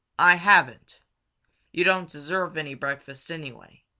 i haven't you don't deserve any breakfast anyway.